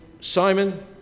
Simon